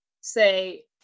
say